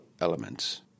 elements